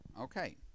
okay